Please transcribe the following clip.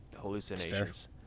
hallucinations